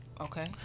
Okay